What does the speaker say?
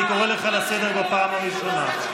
אני קורא אותך לסדר בפעם הראשונה.